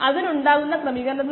അതിനാൽ 1 v 58